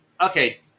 Okay